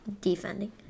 defending